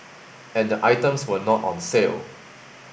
and the items were not on sale